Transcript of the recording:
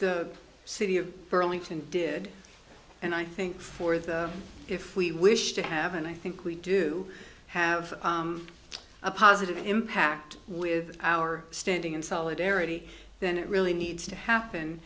the city of burlington did and i think for the if we wish to have and i think we do have a positive impact with our standing in solidarity then it really needs to